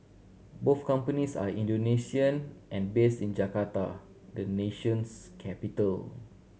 both companies are Indonesian and based in Jakarta the nation's capital